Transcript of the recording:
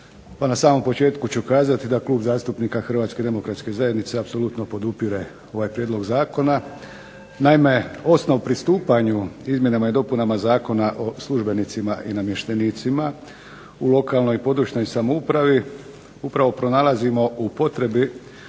na samom početku ću kazati da Klub zastupnika HDZ-a apsolutno podupire ovaj prijedlog zakona. Naime, osnova pristupanju izmjenama i dopunama Zakona o službenicima i namještenicima u lokalnoj i područnoj samoupravi upravo pronalazimo u potrebi